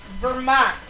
Vermont